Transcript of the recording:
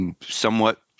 somewhat